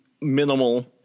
minimal